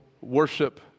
worship